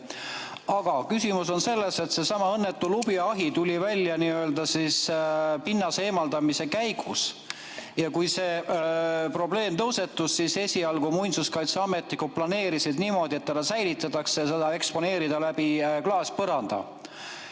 Aga küsimus on selles, et seesama õnnetu lubjaahi tuli välja nii-öelda pinnase eemaldamise käigus. Kui see probleem tõusetus, siis esialgu muinsuskaitseametnikud planeerisid niimoodi, et see [ahi] säilitatakse, et seda eksponeeritakse läbi klaaspõranda.